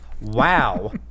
wow